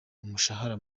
umushahara